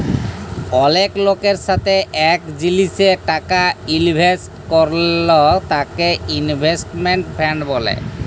অলেক লকের সাথে এক জিলিসে টাকা ইলভেস্ট করল তাকে ইনভেস্টমেন্ট ফান্ড ব্যলে